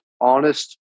honest